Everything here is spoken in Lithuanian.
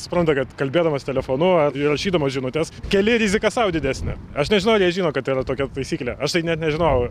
supranta kad kalbėdamas telefonu ar ir rašydamas žinutes keli riziką sau didesnę aš nežinau ar jie žino kad yra tokia taisyklė aš tai net nežinojau